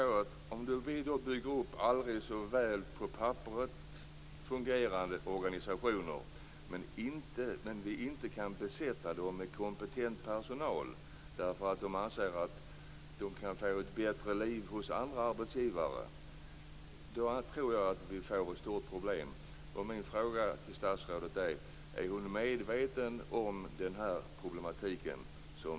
Om vi bygger upp aldrig så väl på papperet fungerande organisationer men inte kan besätta dem med kompetent personal, eftersom det går att få ett bättre liv hos andra arbetsgivare, då tror jag att vi får ett stort problem.